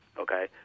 okay